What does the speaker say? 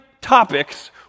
topics